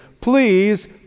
Please